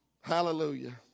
Hallelujah